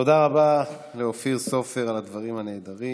תודה רבה לאופיר סופר על הדברים הנהדרים.